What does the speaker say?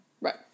Right